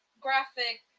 graphic